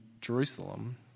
Jerusalem